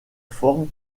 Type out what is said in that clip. forme